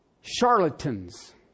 charlatans